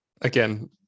Again